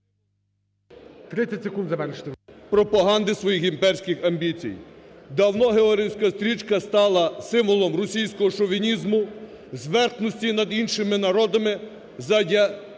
пропаганди свої імперських амбіцій. Давно георгіївська стрічка стала символом російського шовінізму, зверхності над іншими народами задля